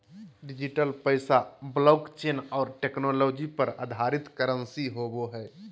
digital पैसा blockchain और technology पर आधारित करंसी होवो हइ